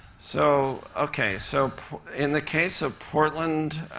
so okay, so in the case of portland,